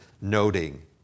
noting